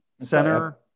center